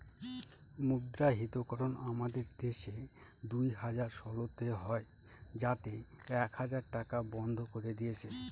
মুদ্রাহিতকরণ আমাদের দেশে দুই হাজার ষোলোতে হয় যাতে এক হাজার টাকা বন্ধ করে দিয়েছিল